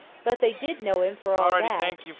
but, they did know him for all that,